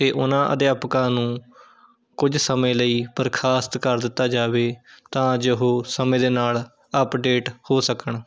ਕਿ ਉਹਨਾਂ ਅਧਿਆਪਕਾਂ ਨੂੰ ਕੁਝ ਸਮੇਂ ਲਈ ਬਰਖ਼ਾਸਤ ਕਰ ਦਿੱਤਾ ਜਾਵੇ ਤਾਂ ਜੋ ਉਹ ਸਮੇਂ ਦੇ ਨਾਲ਼ ਅਪਡੇਟ ਹੋ ਸਕਣ